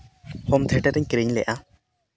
home theatre ᱤ ᱠᱤᱨᱤᱧ ᱞᱮᱫᱼᱟ